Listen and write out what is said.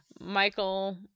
Michael